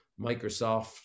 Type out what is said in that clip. Microsoft